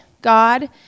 God